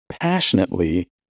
passionately